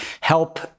help